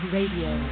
Radio